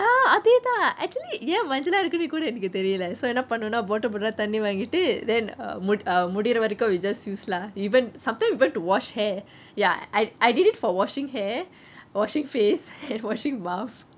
ah அதேதான்:atheytaan actually ஏன் மஞ்சளா இருக்கு கூட தெரியல:yen manjala irukku koode therileh so என்ன பன்னோனா:enna pannonaa bottle bottle ah தண்ணி வாங்கிகிட்டு:thanni vaangittu then uh முடியிற வரைக்கும்:mudiyire varaikkum we just use lah even sometime even to wash hair ya I I did it for washing hair washing face and washing mouth